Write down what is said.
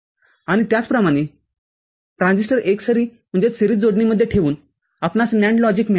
आणि त्याचप्रमाणे ट्रान्झिस्टरएकसरी जोडणीमध्ये ठेवून आपणास NAND लॉजिक मिळाले